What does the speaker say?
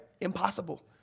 Impossible